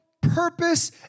purpose